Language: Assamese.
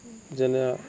যেনে